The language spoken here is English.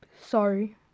Sorry